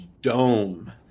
dome